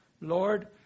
Lord